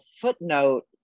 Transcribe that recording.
footnote